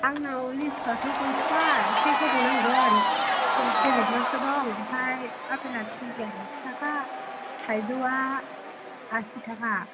आंनाव लिसुआथ' गैथ'आ एसे गोबाव नांगोन बेलेगनावसो दं ओमफ्राय आपेलआ केजिआव एक्स' थाखा थाइजौआ आसि थाखा